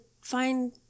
find